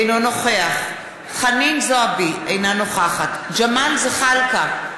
אינו נוכח חנין זועבי, אינה נוכחת ג'מאל זחאלקה,